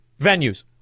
venues